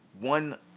one